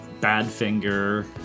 Badfinger